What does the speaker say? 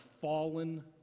fallen